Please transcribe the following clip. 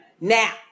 now